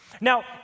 Now